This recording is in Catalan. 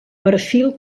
perfil